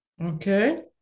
Okay